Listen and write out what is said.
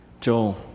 Joel